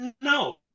no